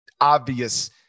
obvious